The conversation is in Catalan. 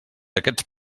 aquests